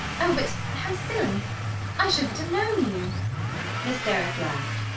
oh, but how silly i shouldn't have known you miss derrick laughed,